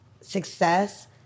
success